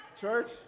Church